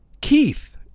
Keith